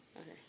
Okay